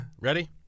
Ready